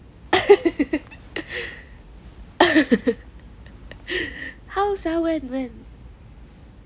how sia when when